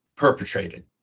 perpetrated